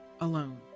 alone